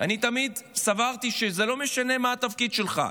אני תמיד סברתי שזה לא משנה מה התפקיד שלך,